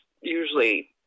usually